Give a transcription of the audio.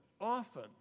often